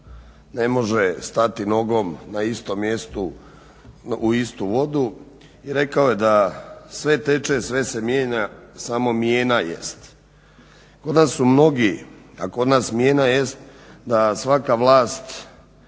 ne može stati nogom na istom mjestu u istu vodu i rekao je da sve teče, sve se mijenja, samo mijena jest. Kod nas su mnogi, a kod nas mijena jest da svaka vlast